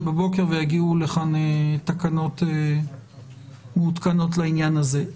בבוקר ויגיעו לכאן תקנות מעודכנות לעניין הזה.